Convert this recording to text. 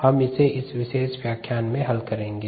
हम इसे इस विशेष व्याख्यान में हल करेंगे